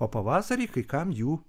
o pavasarį kai kam jų